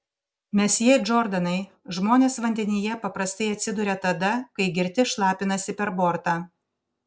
mesjė džordanai žmonės vandenyje paprastai atsiduria tada kai girti šlapinasi per bortą